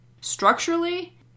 Structurally